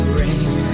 rain